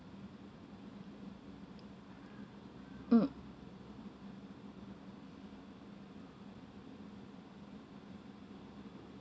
mm